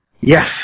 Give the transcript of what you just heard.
Yes